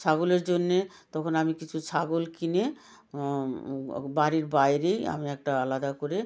ছাগলের জন্য তখন আমি কিছু ছাগল কিনে বাড়ির বাইরেই আমি একটা আলাদা করে